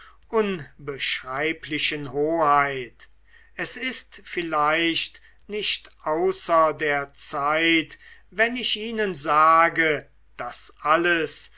unbeschreiblichen hoheit es ist vielleicht nicht außer der zeit wenn ich ihnen sage daß alles